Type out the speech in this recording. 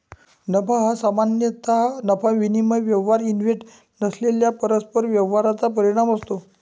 नफा हा सामान्यतः नफा विनिमय व्यवहार इव्हेंट नसलेल्या परस्पर व्यवहारांचा परिणाम असतो